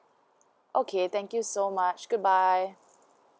okay thank you so much goodbye